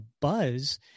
buzz